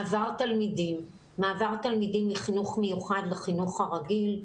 מעבר תלמידים מחינוך מיוחד לחינוך הרגיל.